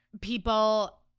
people